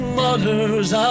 mother's